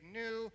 new